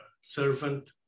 servant